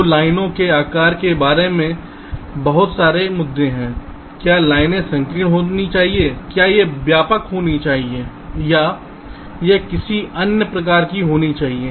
तो लाइनों के आकार के बारे में बहुत सारे मुद्दे हैं क्या लाइनें संकीर्ण होनी चाहिए क्या यह व्यापक होनी चाहिए या यह किसी अन्य प्रकार की होनी चाहिए